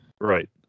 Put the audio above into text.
Right